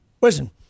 listen